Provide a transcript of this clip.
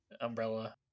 umbrella